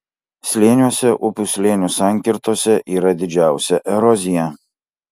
slėniuose upių slėnių sankirtose yra didžiausia erozija